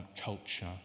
culture